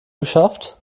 geschafft